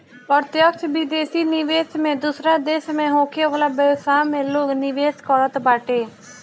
प्रत्यक्ष विदेशी निवेश में दूसरा देस में होखे वाला व्यवसाय में लोग निवेश करत बाटे